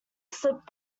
slip